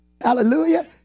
Hallelujah